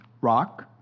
Rock